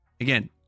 Again